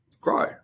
grow